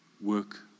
work